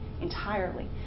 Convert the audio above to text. entirely